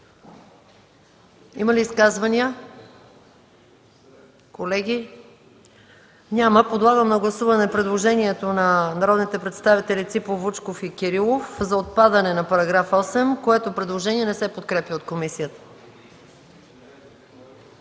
Има ли изказвания, колеги? Няма. Подлагам на гласуване предложението на народните представители Ципов, Вучков и Кирилов за отпадане на § 8, което не се подкрепя от комисията.